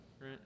right